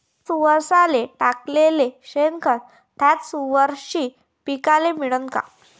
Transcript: थ्याच वरसाले टाकलेलं शेनखत थ्याच वरशी पिकाले मिळन का?